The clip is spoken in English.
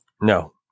No